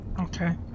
Okay